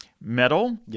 metal